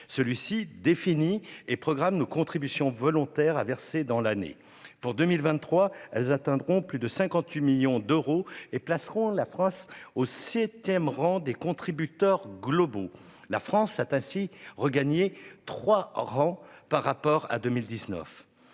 Celui-ci définit et programme nos contributions volontaires à verser dans l'année. Pour 2023, elles atteindront 58,3 millions d'euros et placeront la France au septième rang des contributeurs globaux. La France a ainsi regagné trois places par rapport à 2019.